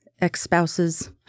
ex-spouses